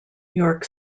york